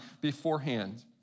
beforehand